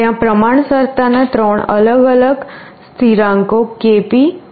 ત્યાં પ્રમાણસરતાનાં ત્રણ અલગ અલગ સ્થિરાંકો Kp Ki અને Kd છે